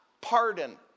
pardon